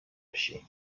així